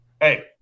Hey